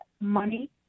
money